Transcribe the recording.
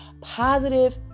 positive